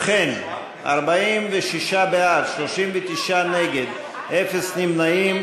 ובכן, 46 בעד, 39 נגד, אפס נמנעים.